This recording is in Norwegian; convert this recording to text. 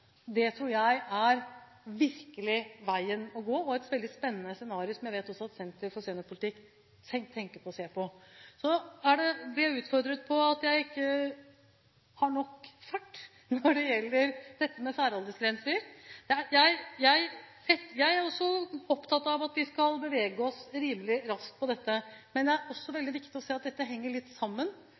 tror jeg virkelig er veien å gå og et veldig spennende scenario, som jeg vet at også Senter for seniorpolitikk tenker på og ser på. Så ble jeg utfordret på at jeg ikke har nok fart når det gjelder særaldersgrenser. Jeg er også opptatt av at vi skal bevege oss rimelig raskt her, men det er veldig viktig å se at dette henger litt sammen,